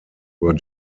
were